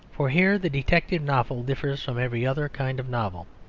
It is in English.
for here the detective novel differs from every other kind of novel.